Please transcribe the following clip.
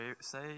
say